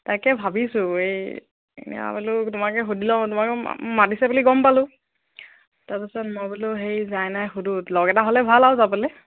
তাকে ভাবিছোঁ এই এয়া বোলো তোমাকে সুধি লওঁ তোমাক মাতিছে বুলি গম পালোঁ তাৰপিছত মই বোলো সেই যায় নাই সোধো লগ এটা হ'লে ভাল আৰু যাবলৈ